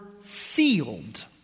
sealed